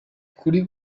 kuri